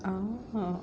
orh